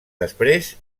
després